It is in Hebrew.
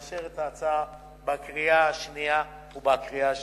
לאשר את ההצעה בקריאה השנייה ובקריאה השלישית.